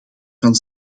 van